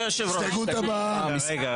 הצבעה בעד